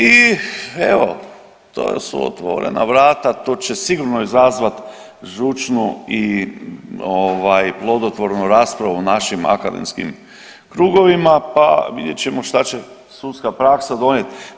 I evo, to su otvorena vrata, tu će sigurno izazvat žučnu i plodotvornu raspravu u našim akademskim krugovima pa vidjet ćemo šta će sudska praksa donijeti.